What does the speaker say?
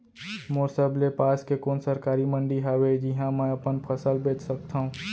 मोर सबले पास के कोन सरकारी मंडी हावे जिहां मैं अपन फसल बेच सकथव?